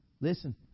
Listen